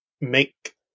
make